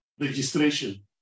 registration